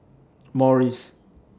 Morries